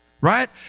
Right